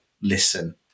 listen